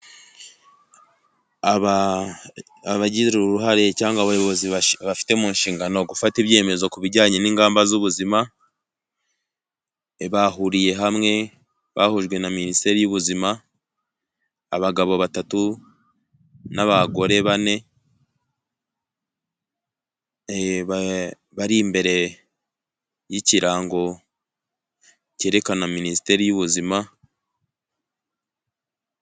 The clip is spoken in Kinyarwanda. Abagira uruhare cyangwa abayobozi bafite mu nshingano gufata ibyemezo ku bijyanye n'ingamba z'ubuzima, bahuriye hamwe bahujwe na minisiteri y'ubuzima, abagabo batatu n'abagore bane, bari imbere y'ikirango kerekana minisiteri y'ubuzima.